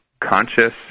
conscious